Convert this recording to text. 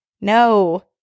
no